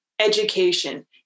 education